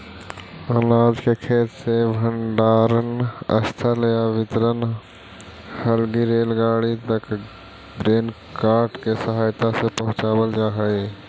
अनाज के खेत से भण्डारणस्थल या वितरण हलगी रेलगाड़ी तक ग्रेन कार्ट के सहायता से पहुँचावल जा हई